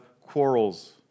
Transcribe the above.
quarrels